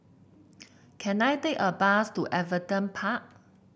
can I take a bus to Everton Park